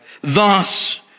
Thus